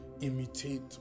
imitate